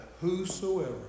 whosoever